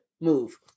move